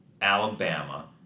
Alabama